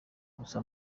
gusa